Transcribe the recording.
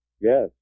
Yes